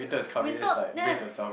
winter